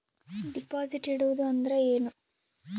Deposit ಇಡುವುದು ಅಂದ್ರ ಏನ?